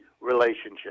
relationship